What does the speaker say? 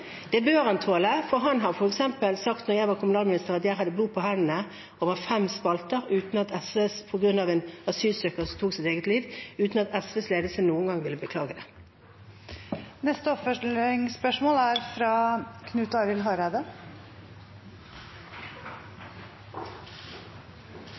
Det bør han tåle, for da jeg var kommunalminister, sa han f.eks. – over fem spalter – at jeg hadde blod på hendene, på grunn av en asylsøker som tok sitt eget liv. SVs ledelse ville ikke noen gang beklage det. Knut Arild Hareide – til oppfølgingsspørsmål.